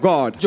God